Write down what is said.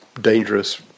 dangerous